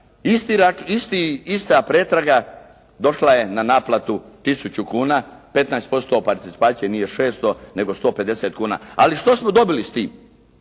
toga ista pretraga došla je na naplatu 1000 kuna. 15% participacije, nije 600, nego 150 kuna. Ali što smo dobili s tim.